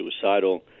suicidal